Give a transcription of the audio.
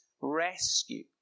rescue